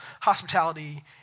hospitality